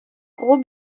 gros